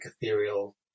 ethereal